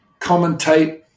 commentate